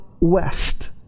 West